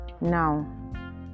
Now